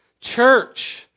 Church